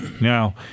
now